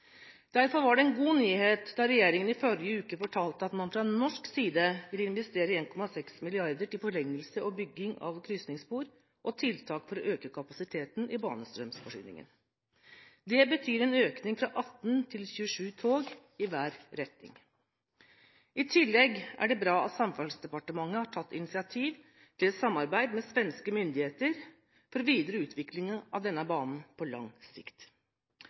Derfor var det en god nyhet da regjeringen i forrige uke fortalte at man fra norsk side vil investere 1,6 mrd. kr til forlengelse og bygging av krysningsspor og tiltak for å øke kapasiteten i banestrømforsyningen. Det betyr en økning fra 18 til 27 tog i hver retning. I tillegg er det bra at Samferdselsdepartementet har tatt initiativ til et samarbeid med svenske myndigheter for videre utvikling av denne banen på lang sikt.